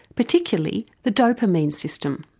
particularly the dopamine system.